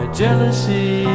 jealousy